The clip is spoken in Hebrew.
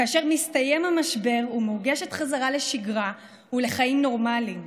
כאשר מסתיים המשבר ומורגשת חזרה לשגרה ולחיים נורמליים.